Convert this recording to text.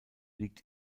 liegt